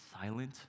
Silent